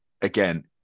Again